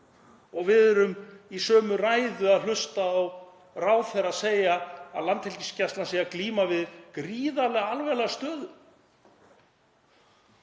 og við erum í sömu ræðu að hlusta á ráðherra segja að Landhelgisgæslan sé að glíma við gríðarlega alvarlega stöðu.